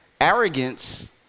Arrogance